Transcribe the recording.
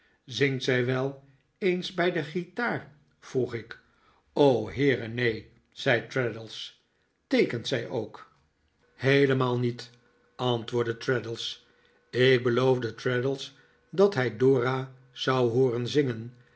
zingt zij wel eens bij de guitaar vroeg ik o heere neen zei traddles teekent zij ook david copperfield heelemaal niet antwoordde traddles ik beloofde traddles dat hij dora zou hooren zingen